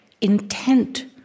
intent